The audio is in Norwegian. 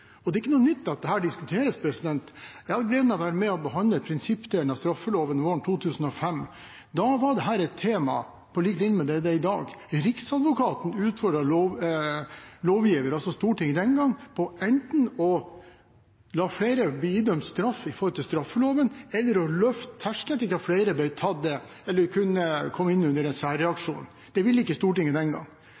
Det er ikke noe nytt at dette diskuteres. Jeg hadde gleden av å være med og behandle prinsippdelen av straffeloven våren 2005. Da var dette et tema på lik linje med det som er i dag. Riksadvokaten utfordret lovgiver – altså Stortinget – den gangen på enten å la flere bli idømt straff etter straffeloven eller å løfte terskelen slik at flere kunne komme inn under en særreaksjon. Det ville ikke Stortinget den